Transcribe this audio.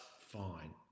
fine